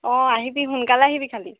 অ আহিবি সোনকালে আহিবি খালী